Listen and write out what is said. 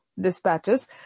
dispatches